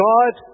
God